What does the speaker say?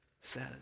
says